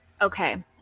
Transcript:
Okay